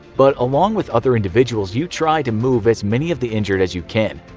but along with other individuals, you try to move as many of the injured as you can.